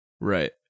right